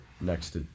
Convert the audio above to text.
next